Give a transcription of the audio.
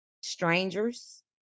Strangers